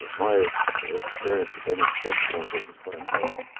my experience had been in print journalism primarily.